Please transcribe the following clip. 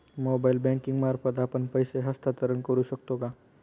Mobile banking मार्फत आपण पैसे हस्तांतरण करू शकतो का?